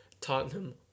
Tottenham